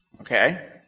Okay